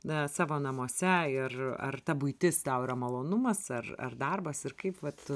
na savo namuose ir ar ta buitis tau yra malonumas ar ar darbas ir kaip vat